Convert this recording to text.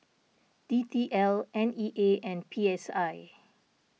D T L N E A and P S I